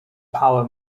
power